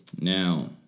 Now